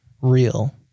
real